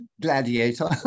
Gladiator